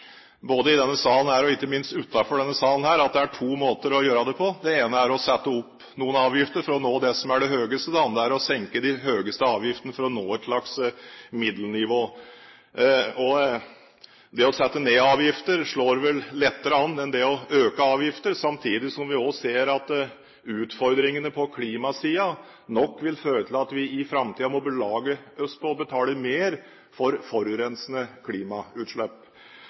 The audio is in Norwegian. både i denne salen og ikke minst utenfor denne salen, at det er to måter å gjøre det på. Det ene er å sette opp noen avgifter for å nå det høyeste nivået, og det andre er å senke de høyeste avgiftene for å nå et slags middelnivå. Det å sette ned avgifter slår vel lettere an enn det å øke avgifter, samtidig som vi også ser at utfordringene på klimasiden nok vil føre til at vi i framtiden må belage oss på å betale mer for forurensende klimautslipp.